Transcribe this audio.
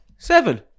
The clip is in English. Seven